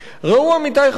עמיתי חברי הכנסת,